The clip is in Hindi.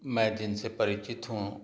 मैं जिनसे परिचित हूँ